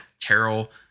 Terrell